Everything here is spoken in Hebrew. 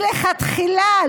מלכתחילה,